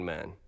Man